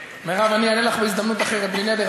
מירב, אני אענה לך בהזדמנות אחרת, בלי נדר.